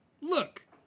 look